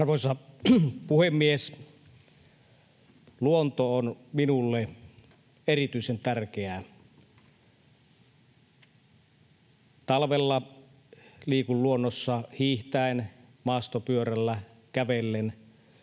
Arvoisa puhemies! Luonto on minulle erityisen tärkeää. Talvella liikun luonnossa hiihtäen, maastopyörällä, kävellen,